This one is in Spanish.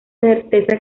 certeza